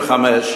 65,000,